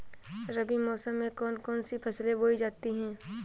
रबी मौसम में कौन कौन सी फसलें बोई जाती हैं?